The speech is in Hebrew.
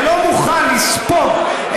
ולא מוכן לספוג,